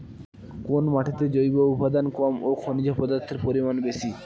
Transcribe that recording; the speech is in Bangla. কোন মাটিতে জৈব উপাদান কম ও খনিজ পদার্থের পরিমাণ বেশি?